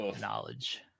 knowledge